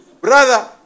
Brother